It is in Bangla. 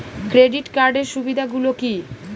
ক্রেডিট কার্ডের সুবিধা গুলো কি?